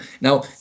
Now